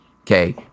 okay